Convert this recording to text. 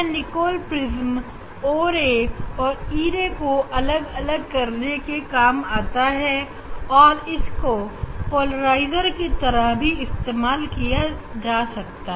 यह Nicol prism o ray और e ray को अलग करने के काम आता है और इसको पोलराइजर की तरह भी इस्तेमाल किया जा सकता है